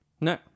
No